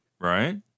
Right